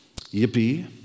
Yippee